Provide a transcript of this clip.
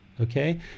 okay